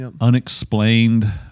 unexplained